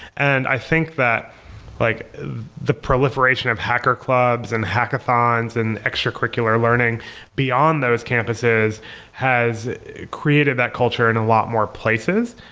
and i think that like the proliferation of hacker clubs and hackathons and extracurricular learning beyond those campuses has created that culture in a lot more places.